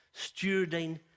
stewarding